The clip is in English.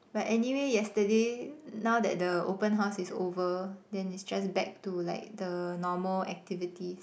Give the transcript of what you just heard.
but anyway yesterday now that the open house is over then it's just back to like the normal activities